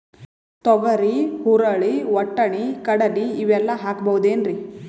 ತೊಗರಿ, ಹುರಳಿ, ವಟ್ಟಣಿ, ಕಡಲಿ ಇವೆಲ್ಲಾ ಹಾಕಬಹುದೇನ್ರಿ?